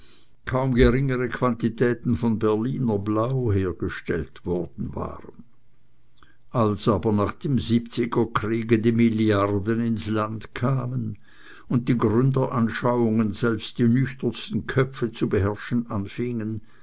kaum geringere quantitäten von berliner blau hergestellt worden waren als aber nach dem siebziger kriege die milliarden ins land kamen und die gründeranschauungen selbst die nüchternsten köpfe zu beherrschen anfingen